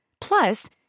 Plus